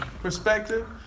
perspective